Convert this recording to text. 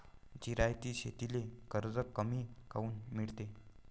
जिरायती शेतीले कर्ज कमी काऊन मिळते?